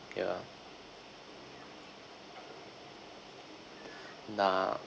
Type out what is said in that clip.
yeah nah